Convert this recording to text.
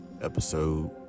episode